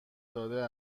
داده